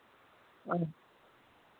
ᱦᱮᱸ